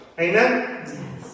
Amen